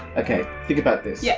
okay, think about this. yeah